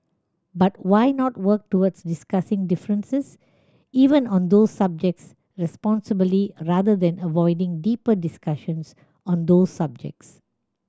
but why not work towards discussing differences even on those subjects responsibly rather than avoiding deeper discussions on those subjects